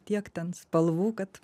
tiek ten spalvų kad